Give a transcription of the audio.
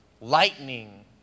lightning